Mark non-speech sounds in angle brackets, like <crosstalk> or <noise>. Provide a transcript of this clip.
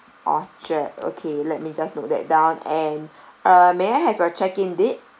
orchard okay let me just note that down and <breath> uh may I have your check-in date